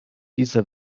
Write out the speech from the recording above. dieser